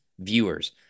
viewers